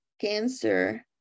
cancer